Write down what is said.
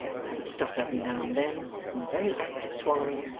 he would stop every now and then, in the very act of swallowing,